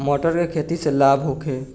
मटर के खेती से लाभ होखे?